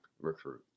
recruit